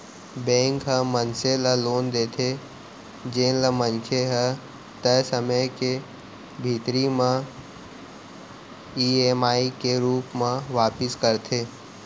bank ह मनसे ल लोन देथे जेन ल मनखे ह तय समे के भीतरी म ईएमआई के रूप म वापिस करथे